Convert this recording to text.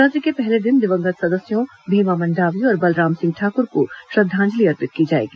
सत्र के पहले दिन दिवंगत सदस्यों भीमा मंडावी और बलराम सिंह ठाकुर को श्रद्वांजलि अर्पित की जाएगी